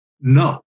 no